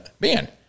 man